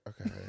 Okay